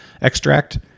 extract